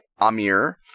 Amir